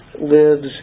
lives